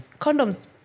condoms